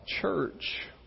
church